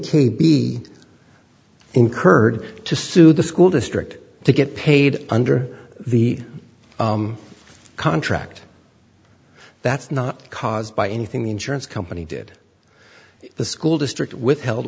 to be incurred to sue the school district to get paid under the contract that's not caused by anything the insurance company did the school district withheld